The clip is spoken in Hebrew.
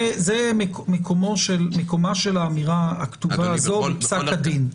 מקומה של האמירה הכתובה הזו היא בפסק הדין.